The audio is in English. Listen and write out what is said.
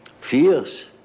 fears